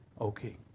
okay